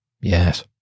yes